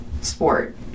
sport